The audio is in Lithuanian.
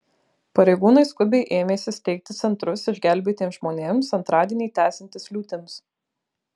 pareigūnai skubiai ėmėsi steigti centrus išgelbėtiems žmonėms antradienį tęsiantis liūtims